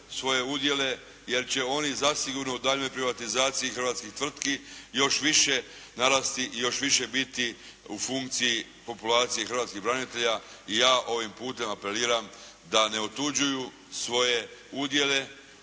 svoje udjele jer će oni zasigurno u daljnjoj privatizaciji hrvatskih tvrtki još više narasti i još više biti u funkciji populacije hrvatskih branitelja i ja ovim putem apeliram da ne otuđuju svoje udjele